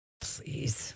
Please